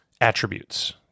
attributes